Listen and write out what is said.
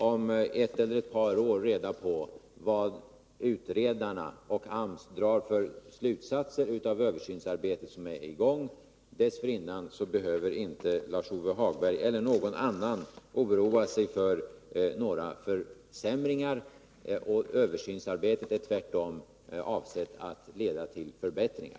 Om ett eller ett par år får vi reda på vad utredarna och AMS drar för slutsatser av det översynsarbete som är i gång. Dessförinnan behöver inte Lars-Ove Hagberg, eller någon annan, oroa sig för några försämringar. Översynsarbetet är tvärtom avsett att leda till förbättringar.